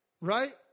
right